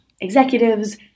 executives